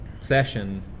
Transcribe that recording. session